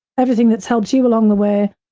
everything that's helped you along the way,